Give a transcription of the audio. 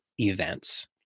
events